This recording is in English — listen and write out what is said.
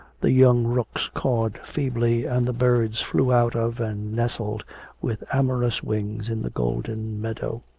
the young rooks cawed feebly, and the birds flew out of and nestled with amorous wings in the golden meadow.